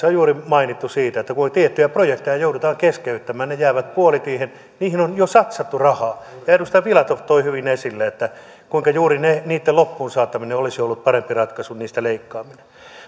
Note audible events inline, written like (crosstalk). (unintelligible) on juuri mainittu siitä että tiettyjä projekteja joudutaan keskeyttämään ne jäävät puolitiehen niihin on jo satsattu rahaa ja edustaja filatov toi hyvin esille kuinka juuri niitten loppuun saattaminen olisi ollut parempi ratkaisu kuin niistä leikkaaminen